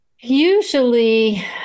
Usually